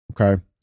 okay